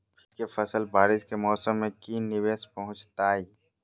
प्याज के फसल बारिस के मौसम में की निवेस पहुचैताई?